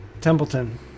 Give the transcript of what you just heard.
Templeton